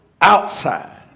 outside